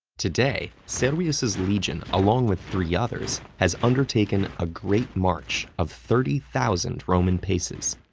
today, servius's legion, along with three others, has undertaken a great march of thirty thousand roman paces,